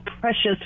precious